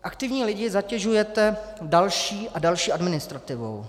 Aktivní lidi zatěžujete další a další administrativou.